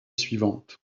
suivante